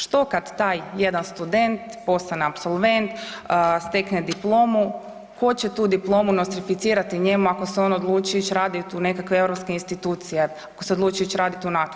Što kad taj jedan student postane apsolvent, stekne diplomu, tko će tu diplomu nostrificirati njemu ako se on odluči ić radit u nekakve europske institucije, ako se odluči ić radi tu NATO?